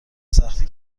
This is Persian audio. سخته